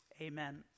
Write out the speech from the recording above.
amen